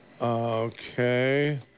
Okay